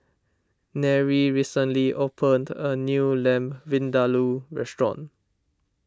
Nery recently opened a new Lamb Vindaloo restaurant